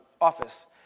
office